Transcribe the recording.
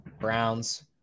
Browns